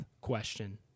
question